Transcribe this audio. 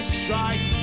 strike